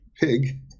pig